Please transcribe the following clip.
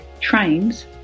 trains